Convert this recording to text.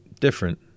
different